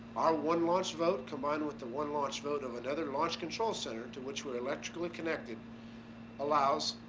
our one launch vote combined with the one launch vote of another launch control center to which we are electrically connected allows